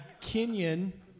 Kenyon